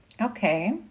Okay